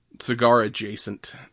cigar-adjacent